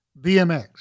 BMX